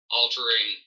altering